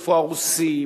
איפה הרוסים,